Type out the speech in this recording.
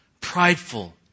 Prideful